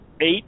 eight